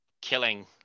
killing